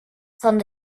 van